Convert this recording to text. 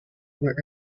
were